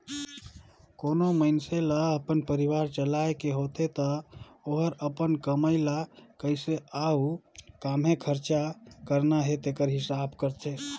कोनो मइनसे ल अपन परिवार चलाए ले होथे ता ओहर अपन कमई ल कइसे अउ काम्हें खरचा करना हे तेकर हिसाब करथे